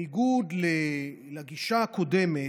במדיניות הכוללת שלנו, בניגוד לגישה הקודמת,